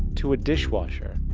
to a dishwasher,